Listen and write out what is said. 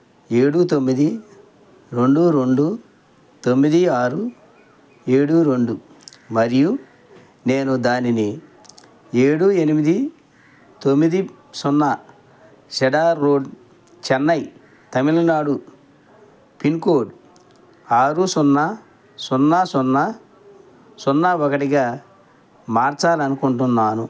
ఏడు తొమ్మిది రెండు రెండు తొమ్మిది ఆరు ఏడు రెండు మరియు నేను దానిని ఏడు ఎనిమిది తొమ్మిది సున్నా cedar road Chennai Tamil Nadu pin code ఆరు సున్నా సున్నా సున్నా సున్నా ఒకటిగా మార్చాలి అనుకుంటున్నాను